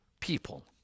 people